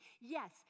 Yes